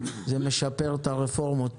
זה משפר את הרפורמות